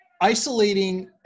isolating